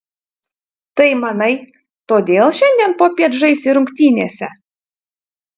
tai manai todėl šiandien popiet žaisi rungtynėse